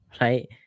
right